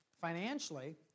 financially